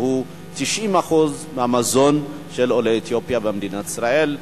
שהוא 90% מהמזון של עולי אתיופיה במדינת ישראל.